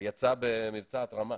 יצאה במבצע התרמה,